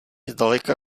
zdaleka